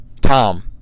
Tom